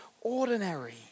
ordinary